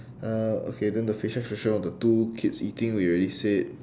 uh okay then the facial expression of the two kids eating we already said